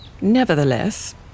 Nevertheless